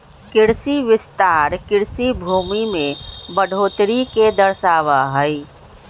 कृषि विस्तार कृषि भूमि में बढ़ोतरी के दर्शावा हई